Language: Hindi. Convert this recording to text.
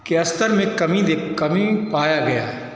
के स्तर में कमी दे कमी पाया गया है